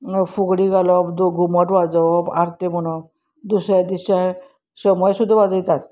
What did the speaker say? फुगडी घालप घुमट वाजोवप आरत्यो म्हणप दुसऱ्या दिसा शमय सुद्दां वाजयतात